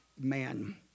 Man